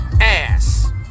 ass